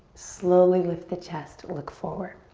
slowly lift the chest, look forward.